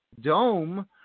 dome